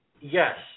yes